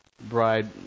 bride